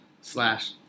slash